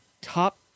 top